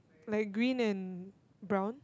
like green and brown